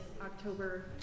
October